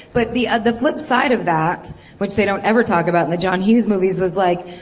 but the the flip side of that which they don't ever talk about in the john hughes movies was like,